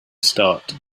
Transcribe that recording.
start